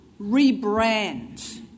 rebrand